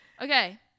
okay